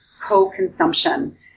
co-consumption